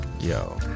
Yo